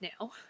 now